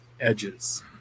edges